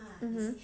mmhmm